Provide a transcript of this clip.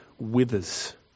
withers